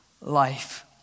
life